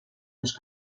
los